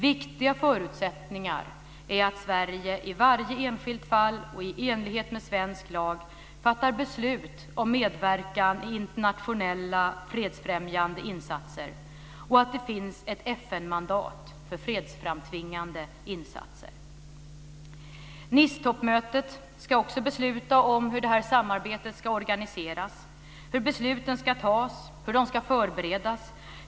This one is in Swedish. Viktiga förutsättningar är att Sverige i varje enskilt fall och i enlighet med svensk lag fattar beslut om medverkan i internationella fredsfrämjande insatser och att det finns ett FN-mandat för fredsframtvingande insatser. Nicetoppmötet ska också besluta om hur det här samarbetet ska organiseras. Hur ska besluten tas? Hur ska de förberedas?